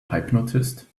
hypnotist